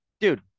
dude